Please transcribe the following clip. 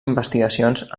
investigacions